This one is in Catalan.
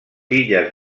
illes